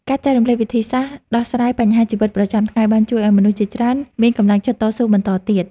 ការចែករំលែកវិធីសាស្ត្រដោះស្រាយបញ្ហាជីវិតប្រចាំថ្ងៃបានជួយឱ្យមនុស្សជាច្រើនមានកម្លាំងចិត្តតស៊ូបន្តទៀត។